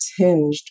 tinged